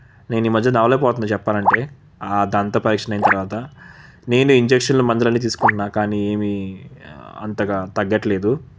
నేను ఈ మధ్య నడవ లేకపోతున్నా చెప్పాలంటే దంత పరీక్షనైన తర్వాత నేను ఇంజక్షన్లు మందులన్నీ తీసుకుంటున్నా కానీ ఏమీ అంతగా తగ్గట్లేదు